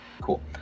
cool